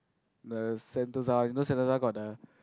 the Sentosa one you know Sentosa got the